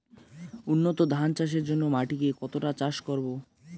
উন্নত ধান চাষের জন্য মাটিকে কতটা চাষ করব?